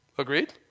agreed